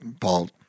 Paul